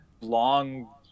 long